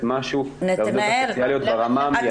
משהו לעובדות הסוציאליות ברמה המיידית,